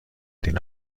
den